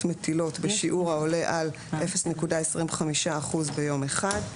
מטילות בשיעור העולה על 0.25% ביום אחד.